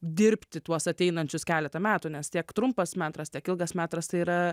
dirbti tuos ateinančius keletą metų nes tiek trumpas metras tiek ilgas metras tai yra